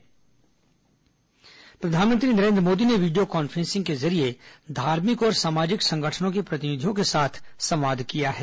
corona प्रधानमंत्री प्रधानमंत्री नरेन्द्र मोदी ने वीडियो कॉन्फ्रेंसिंग के जरिए धार्मिक और सामाजिक संगठनों के प्रतिनिधियों के साथ संवाद किया है